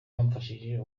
wamfashije